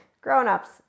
grown-ups